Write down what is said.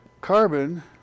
carbon